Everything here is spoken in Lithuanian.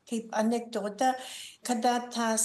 kaip anekdotą kada tas